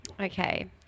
okay